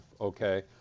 Okay